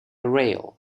rail